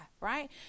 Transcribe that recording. right